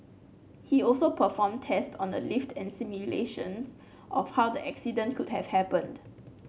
he also performed test on the lift and simulations of how the accident could have happened